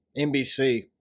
NBC